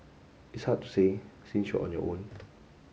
it's hard to say since you're on your own